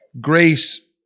Grace